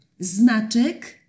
Znaczek